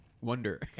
wonder